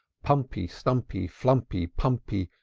pumpy, slumpy, flumpy, pumpy,